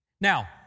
Now